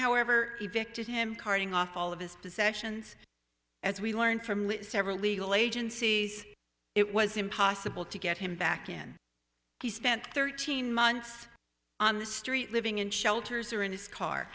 however he victim carting off all of his possessions as we learned from several legal agencies it was impossible to get him back in he spent thirteen months on the street living in shelters or in his car